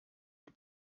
die